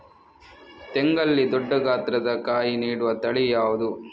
ತೆಂಗಲ್ಲಿ ದೊಡ್ಡ ಗಾತ್ರದ ಕಾಯಿ ನೀಡುವ ತಳಿ ಯಾವುದು?